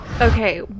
Okay